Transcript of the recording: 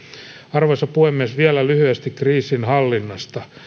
arvoisa puhemies vielä lyhyesti kriisinhallinnasta